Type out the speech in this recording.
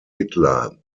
hitler